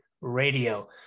radio